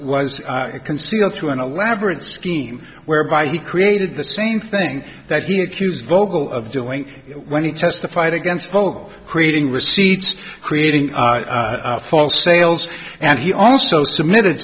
was concealed through an elaborate scheme whereby he created the same thing that he accused vogel of doing when he testified against paul creating receipts creating false sales and he also submitted